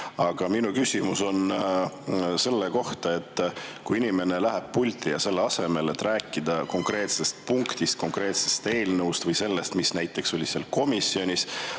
Aga minu küsimus on selline. Kui inimene läheb pulti ja selle asemel, et rääkida konkreetsest punktist, konkreetsest eelnõust või sellest, mis näiteks toimus komisjonis,